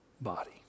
body